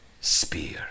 spear